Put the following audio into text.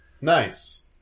Nice